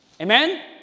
Amen